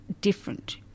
different